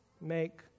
make